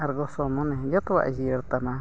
ᱟᱨ ᱜᱚᱥᱚ ᱢᱚᱱᱮ ᱡᱚᱛᱚᱣᱟᱜ ᱮ ᱡᱤᱭᱟᱹᱲ ᱛᱟᱢᱟ